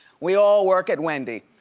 we all work at wendy.